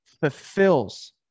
fulfills